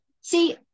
See